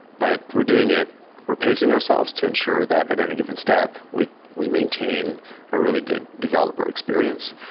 but we're doing it we're pacing ourselves to ensure that at any given step we we maintain a really good developer experience.